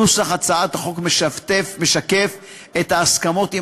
נוסח הצעת החוק משקף את ההסכמות עם